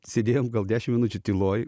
sėdėjom gal dešim minučių tyloj